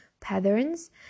patterns